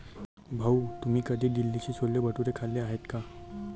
भाऊ, तुम्ही कधी दिल्लीचे छोले भटुरे खाल्ले आहेत का?